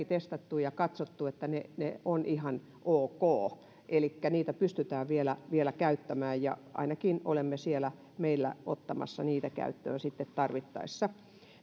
testattu ja katsottu että ne ne ovat ihan ok elikkä niitä pystytään vielä vielä käyttämään ja ainakin meillä olemme ottamassa niitä käyttöön sitten tarvittaessa